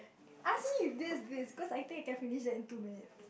ask me this this cause I think I can finish that in two minutes